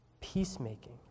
peacemaking